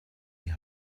die